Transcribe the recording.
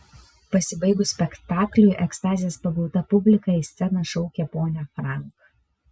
pasibaigus spektakliui ekstazės pagauta publika į sceną šaukė ponią frank